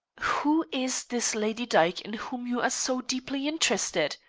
who is this lady dyke in whom you are so deeply interested?